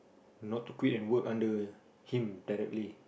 not to quit and work under him directly